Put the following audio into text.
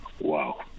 Wow